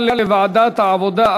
לדיון מוקדם בוועדת העבודה,